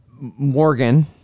Morgan